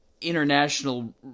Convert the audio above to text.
international